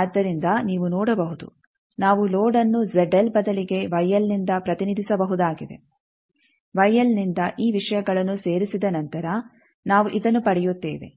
ಆದ್ದರಿಂದ ನೀವು ನೋಡಬಹುದು ನಾವು ಲೋಡ್ಅನ್ನು ಬದಲಿಗೆ ನಿಂದ ಪ್ರತಿನಿಧಿಸಬಹುದಾಗಿದೆ ನಿಂದ ಈ ವಿಷಯಗಳನ್ನು ಸೇರಿಸಿದ ನಂತರ ನಾವು ಇದನ್ನು ಪಡೆಯುತ್ತೇವೆ